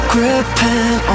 Gripping